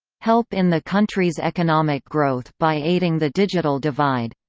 help in the countries' economic growth by aiding the digital divide